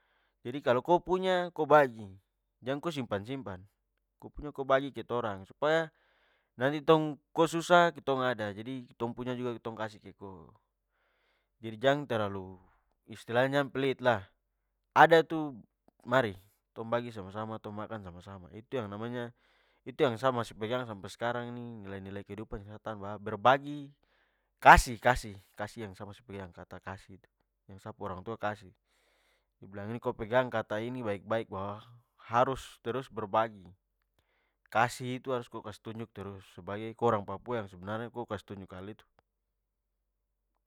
Jadi, kalo ko punya, ko bagi, jang ko simpan-simpan. Ko punya ko bagi ke torang, supaya nanti tong, ko susah ketong ada, jadi ketong punya juga ketong kasih ke ko. Jadi, jang terlalu, istilahnya jang pelit lah! Ada itu mari, tong bagi sama-sama, tong makan sama-sama. Itu yang namanya, itu yang sa masih pegang sampe skarang ini nilai-nilai kehidupan yang sa tambah. Berbagi kasih, kasih, kasih yang sa masih pegang kata kasih itu, yang sa pu orang tua kasih. De bilang ini, ko pegang kata ini baik-baik, harus terus berbagi! Kasih itu harus ko kas tunjuk terus sebagai ko orang papua yang sebenarnya, ko kas tunjuk hal itu.